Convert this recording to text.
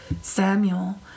Samuel